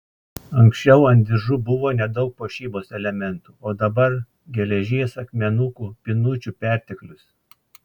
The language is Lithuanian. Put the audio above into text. anksčiau ant diržų buvo nedaug puošybos elementų o dabar geležies akmenukų pynučių perteklius